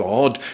God